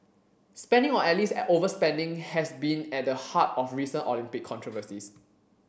spending or at least overspending has been at the heart of recent Olympic controversies